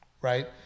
Right